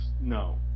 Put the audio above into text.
No